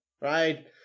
Right